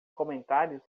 comentários